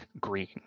green